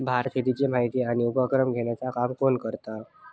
भारतात शेतीची माहिती आणि उपक्रम घेवचा काम कोण करता?